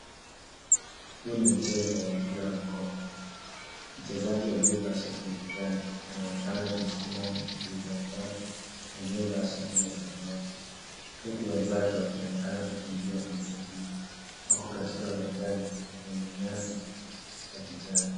Huu ni mchezo wa mpira wa mkono. Mchezaji aliyevaa shati ya kijani ananekana kumsukuma mpinzani wake aliyevaa shati ya samawati huku wenzake wakionekana kukimbia kumsaidia. Wako katika uwanjani wenye nyasi ya kijani.